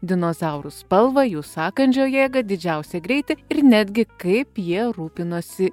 dinozaurų spalvą jų sąkandžio jėgą didžiausią greitį ir netgi kaip jie rūpinosi